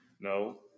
No